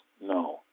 No